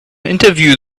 interview